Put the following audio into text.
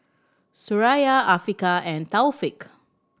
Suraya Afiqah and Taufik